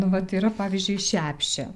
nu vat yra pavyzdžiui šepšė